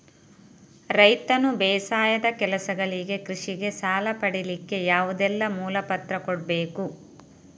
ರೈತನು ಬೇಸಾಯದ ಕೆಲಸಗಳಿಗೆ, ಕೃಷಿಗೆ ಸಾಲ ಪಡಿಲಿಕ್ಕೆ ಯಾವುದೆಲ್ಲ ಮೂಲ ಪತ್ರ ಕೊಡ್ಬೇಕು?